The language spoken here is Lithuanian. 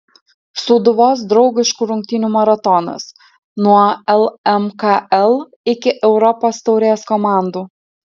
sūduvos draugiškų rungtynių maratonas nuo lmkl iki europos taurės komandų